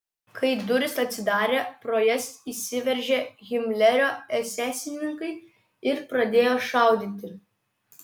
kai durys atsidarė pro jas įsiveržė himlerio esesininkai ir pradėjo šaudyti